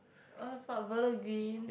what the fuck Bedok green